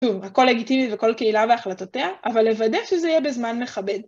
טוב, הכל לגיטימי וכל קהילה והחלטותיה, אבל לוודא שזה יהיה בזמן מכבד.